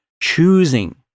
choosing